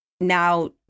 now